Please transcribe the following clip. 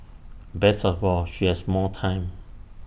best of all she has more time